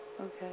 Okay